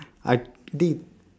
I did